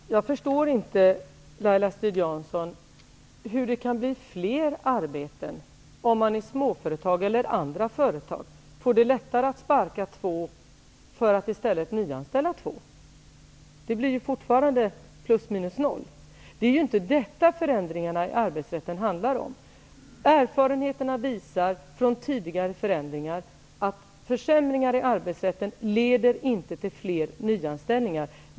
Fru talman! Jag förstår inte, Laila Strid-Jansson, hur det kan bli fler arbeten om man i småföretag eller andra företag får det lättare att sparka två personer för att i stället nyanställa två. Det blir ju fortfarande plus minus noll. Det är inte detta förändringarna i arbetsrätten handlar om. Erfarenheterna av tidigare förändringar visar att försämringar i arbetsrätten inte leder till fler nyanställningar.